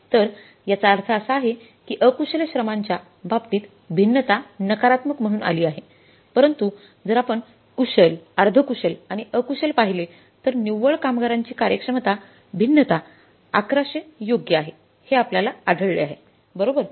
तर याचा अर्थ असा आहे की अकुशल श्रमाच्या बाबतीत भिन्नता नकारात्मक म्हणून आली आहे परंतु जर आपण कुशल अर्धकुशल आणि अकुशल पाहिले तर निव्वळ कामगारांची कार्यक्षमता भिन्नता 1100 योग्य आहे हे आपल्याला आढळले आहे बरोबर